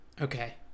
okay